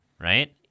right